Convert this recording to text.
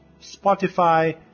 Spotify